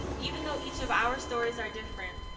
even though each of our stories are different,